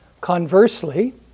Conversely